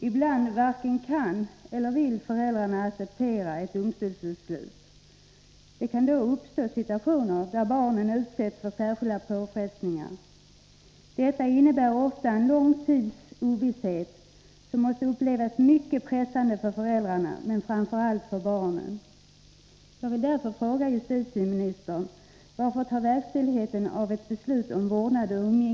Ibland varken kan eller vill föräldrarna acceptera ett domstolsbeslut. Det kan då uppstå situationer där barnen utsätts för särskilda påfrestningar. Detta innebär ofta en lång tids ovisshet, som måste upplevas som mycket pressande av föräldrarna, men framför allt av barnen.